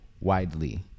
widely